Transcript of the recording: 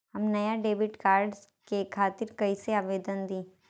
हम नया debit card के खातिर कइसे आवेदन दीं?